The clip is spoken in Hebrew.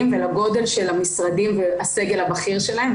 ולגודל של המשרדים והסגל הבכיר שלהם,